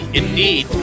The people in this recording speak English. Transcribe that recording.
indeed